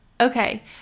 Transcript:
okay